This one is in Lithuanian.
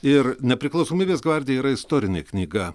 ir nepriklausomybės gvardija yra istorinė knyga